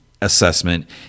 assessment